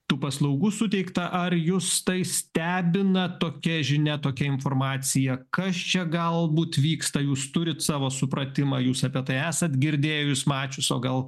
tų paslaugų suteikta ar jus tai stebina tokia žinia tokia informacija kas čia galbūt vyksta jūs turit savo supratimą jūs apie tai esat girdėję jus mačius o gal